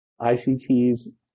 ICT's